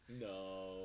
No